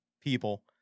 people